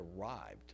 arrived